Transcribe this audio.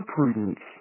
Prudence